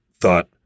thought